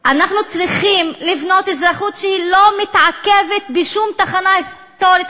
אנחנו צריכים לבנות אזרחות שלא מתעכבת בשום תחנה היסטורית,